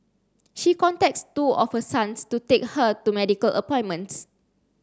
she contacts two of her sons to take her to medical appointments